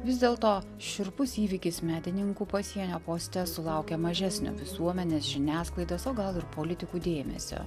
vis dėlto šiurpus įvykis medininkų pasienio poste sulaukė mažesnio visuomenės žiniasklaidos o gal ir politikų dėmesio